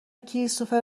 کریستوفر